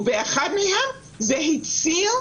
ובאחד מהם זה הציל,